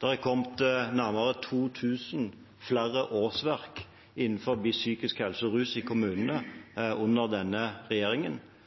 Det er kommet nærmere 2 000 flere årsverk innen psykisk helse og rus i kommunene under denne regjeringen.